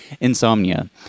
insomnia